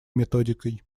методикой